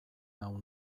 nau